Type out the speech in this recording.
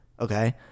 Okay